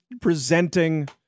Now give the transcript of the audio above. presenting